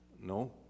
No